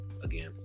again